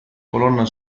colonna